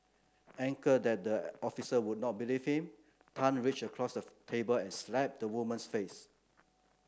angered that the officer would not believe him Tan reached across of table and slapped the woman's face